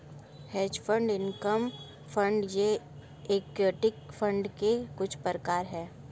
hedge fund income fund ये equity fund के कुछ प्रकार हैं